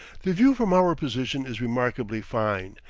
the view from our position is remarkably fine,